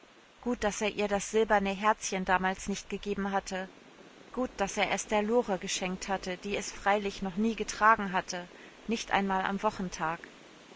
gut daß er ihr das silberne herzchen damals nicht gegeben hatte gut daß er es der lore geschenkt hatte die es freilich noch nie getragen hatte nicht einmal am wochentag